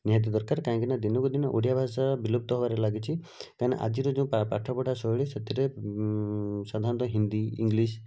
ନିହାତି ଦରକାର କାହିଁକିନା ଦିନକୁ ଦିନ ଓଡ଼ିଆ ଭାଷା ବିଲୁପ୍ତ ହେବାରେ ଲାଗିଛି କାହିଁକିନା ଅଜିର ଯେଉଁ ପାଠ ପଢ଼ା ଶୈଳୀ ସେଥିରେ ସାଧାରଣତଃ ହିନ୍ଦୀ ଇଂଲିଶ୍